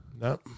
No